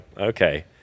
Okay